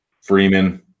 Freeman